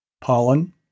Pollen